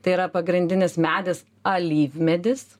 tai yra pagrindinis medis alyvmedis